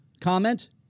comment